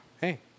hey